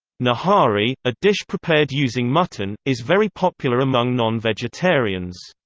nahari, a dish prepared using mutton, is very popular among non-vegetarians.